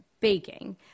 baking